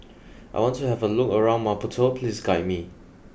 I want to have a look around Maputo please guide me